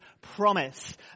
promise